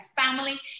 family